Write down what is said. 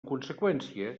conseqüència